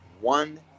one